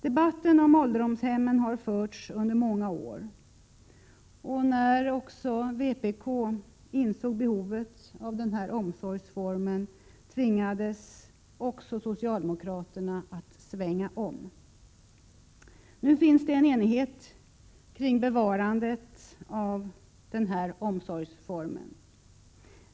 Debatten om ålderdomshemmen har förts under många år, och när också vpk insåg behovet av denna omsorgsform tvingades även socialdemokraterna att svänga i frågan. Nu finns det en enighet kring ett bevarande av denna omsorgsform.